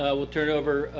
ah will turn it over,